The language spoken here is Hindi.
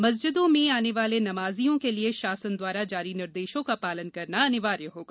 मस्जिदों में भी आने वाले नमाजियों के लिये शासन द्वारा जारी निर्देशों का पालन करना अनिवार्य होगा